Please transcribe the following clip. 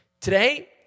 Today